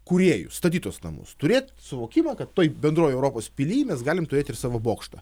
kūrėju statyt tuos namus turėt suvokimą kad toj bendroj europos pily mes galim turėt ir savo bokštą